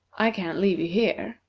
i can't leave you here.